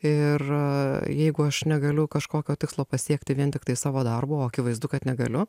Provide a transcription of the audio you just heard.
ir jeigu aš negaliu kažkokio tikslo pasiekti vien tiktai savo darbu o akivaizdu kad negaliu